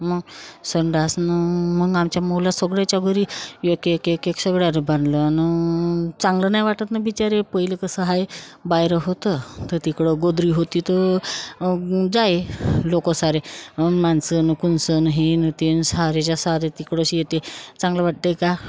मग संडासनं मग आमच्यामुळं सगळ्याच्या घरी एक एक सगळ्या बांधलं आणि चांगलं नाही वाटत नं बिचारे पहिले कसं आहे बाहेर होतं तर तिकडं गोदरी होती तर जाय लोकं सारे माणसं आणि कुंनंसं हे न तेन सारेच्या सारे तिकडंशी येते चांगलं वाटते आहे का